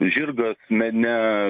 žirgą mene